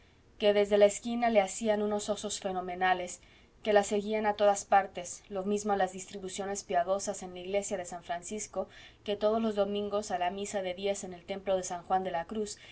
que desde la esquina le hacían unos osos fenomenales que la seguían a todas partes lo mismo a las distribuciones piadosas en la iglesia de san francisco que todos los domingos a la misa de diez en el templo de san juan de la cruz